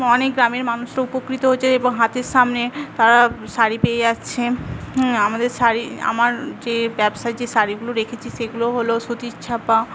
অনেক গ্রামের মানুষও উপকৃত হচ্ছে এবং হাতের সামনে তারা শাড়ি পেয়ে যাচ্ছে আমাদের শাড়ি আমার যে ব্যবসায় যে শাড়িগুলো রেখেছি সেগুলো হল সুতির ছাপা